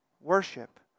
worship